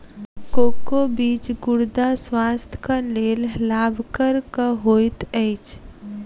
cocoa बीज गुर्दा स्वास्थ्यक लेल लाभकरक होइत अछि